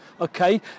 Okay